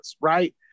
right